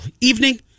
evening